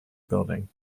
building